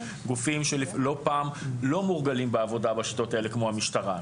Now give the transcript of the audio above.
גופים שלא פעם לא מורגלים בעבודה בשיטות האלה כמו המשטרה.